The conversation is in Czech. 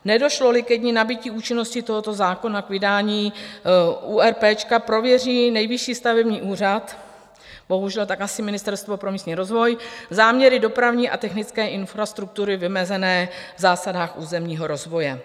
Nedošloli ke dni nabytí účinnosti tohoto zákona k vydání URP, prověří Nejvyšší stavební úřad bohužel tak asi Ministerstvo pro místní rozvoj záměry dopravní a technické infrastruktury vymezené v zásadách územního rozvoje.